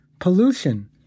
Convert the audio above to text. pollution